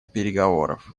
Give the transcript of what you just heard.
переговоров